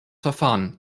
verfahren